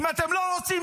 אם אתם לא רוצים,